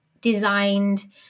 designed